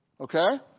Okay